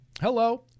Hello